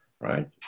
right